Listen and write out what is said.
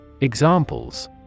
Examples